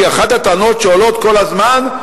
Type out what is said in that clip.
כי אחת הטענות שעולות כל הזמן,